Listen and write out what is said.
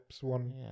one